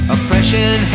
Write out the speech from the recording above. Oppression